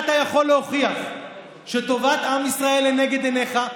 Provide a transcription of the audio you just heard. הזדמנות אחת שבה אתה יכול להוכיח שטובת עם ישראל לנגד עיניך,